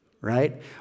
right